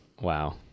Wow